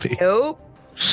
Nope